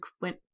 went